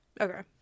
okay